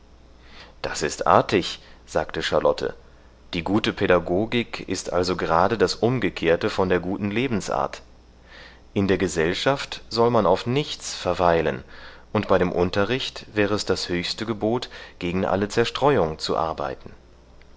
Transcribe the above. das ist artig sagte charlotte die gute pädagogik ist also gerade das umgekehrte von der guten lebensart in der gesellschaft soll man auf nichts verweilen und bei dem unterricht wäre das höchste gebot gegen alle zerstreuung zu arbeiten